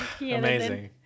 amazing